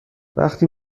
وقتی